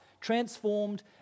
transformed